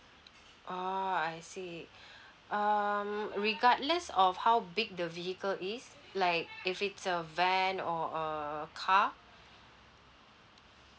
orh I see um regardless of how big the vehicle is like if it's a van or a car